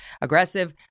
aggressive